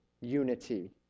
unity